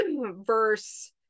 verse